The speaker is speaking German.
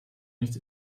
nicht